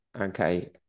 Okay